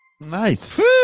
Nice